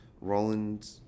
Roland